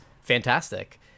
fantastic